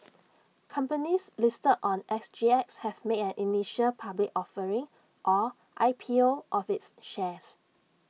companies listed on S G X have made an initial public offering or I P O of its shares